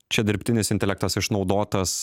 čia dirbtinis intelektas išnaudotas